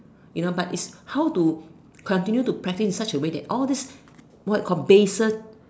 you know but is how to continue to practice in such a way that all these what complacent